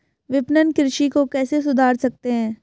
विपणन कृषि को कैसे सुधार सकते हैं?